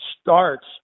starts